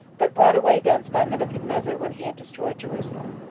but brought away thence by nebuchadnezzar when he had destroyed jerusalem,